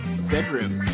bedroom